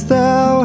Thou